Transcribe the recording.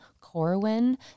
Corwin